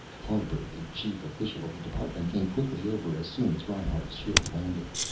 harper, the chief official of the department, came quickly over as soon as reinhart's ship landed.